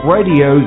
Radio